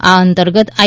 આ અંતર્ગત આઈ